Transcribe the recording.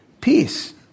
Peace